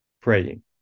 praying